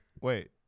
Wait